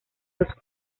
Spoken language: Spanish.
dos